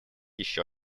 еще